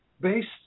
based